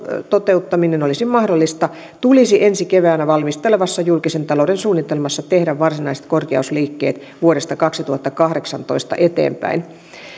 toteuttaminen olisi mahdollista tulisi ensi keväänä valmisteltavassa julkisen talouden suunnitelmassa tehdä varsinaiset korjausliikkeet vuodesta kaksituhattakahdeksantoista eteenpäin